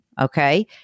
okay